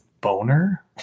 Boner